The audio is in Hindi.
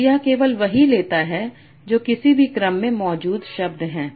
तो यह केवल वही लेता है जो किसी भी क्रम में मौजूद शब्द हैं